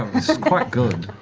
it's quite good.